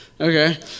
okay